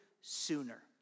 sooner